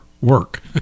work